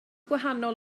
gwahanol